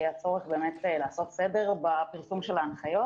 הצורך באמת לעשות סדר לפרסום של הנחיות.